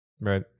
Right